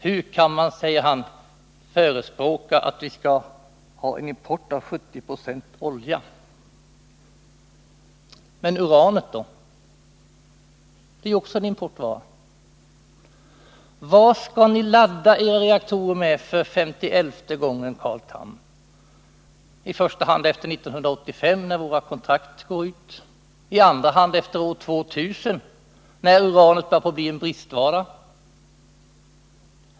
Hur kan man, frågar han, förespråka import av olja till 70 26? Men uranet då? Det är ju också en importvara. Vad skall ni — jag frågar för femtielfte gången, Carl Tham — ladda era reaktorer med i första hand efter 1985, när kontraktet går ut, och i andra hand efter år 2000 när uran börjar bli en bristvara.